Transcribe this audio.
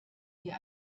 hier